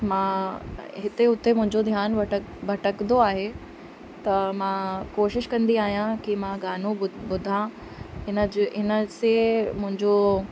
मां हिते हुते मुंहिंजो ध्यानु भटक भटकंदो आहे त मां कोशिश कंदी आहियां कि मां गानो ॿुध ॿुधां हिन जे हिन से मुंहिंजो